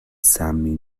سمی